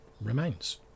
remains